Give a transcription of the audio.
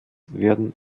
werden